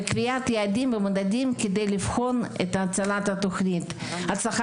וקביעת יעדים ומדדים כדי לבחון את הצלחת התוכנית.